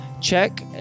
check